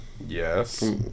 Yes